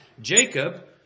Jacob